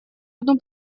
одну